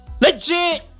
Legit